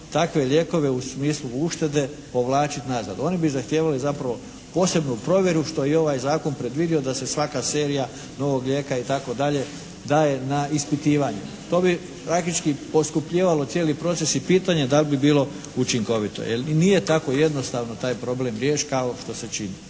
takve lijekova u smislu uštede povlačiti nazad. Oni bi zahtijevali zapravo posebnu provjeru što je i ovaj zakon predvidio da se svaka serija novog lijeka i tako dalje daje na ispitivanje. To bi praktički poskupljivalo cijeli proces i pitanje dal' bi bilo učinkovito jel'? I nije tako jednostavno taj problem riješiti kao što se čini.